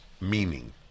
meaning